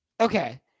Okay